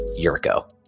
Yurko